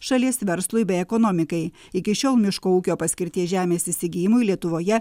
šalies verslui bei ekonomikai iki šiol miško ūkio paskirties žemės įsigijimui lietuvoje